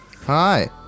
Hi